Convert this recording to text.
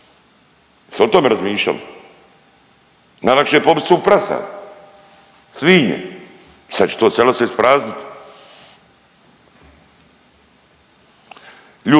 li o tome razmišljali? Najlakše je pobit svu prasad, svinje, sad će to selo se ispraznit.